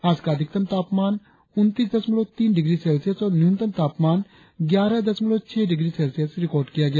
आज का अधिकतम तापमान उनतीस दशमलव तीन डिग्री सेल्सियस और न्यूनतम तापमान ग्यारह दशमलव छह डिग्री सेल्सियस रिकार्ड किया गया